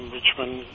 Richmond